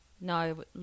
no